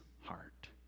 heart